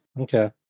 Okay